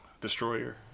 Destroyer